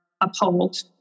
uphold